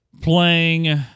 playing